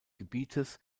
gebietes